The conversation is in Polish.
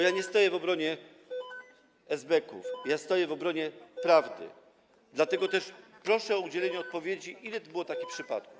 Ja nie staję w obronie esbeków, ja staję w obronie prawdy, dlatego też proszę o udzielenie odpowiedzi, ile było takich przypadków.